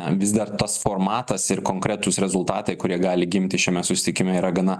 a vis dar tas formatas ir konkretūs rezultatai kurie gali gimti šiame susitikime yra gana